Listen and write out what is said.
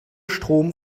strom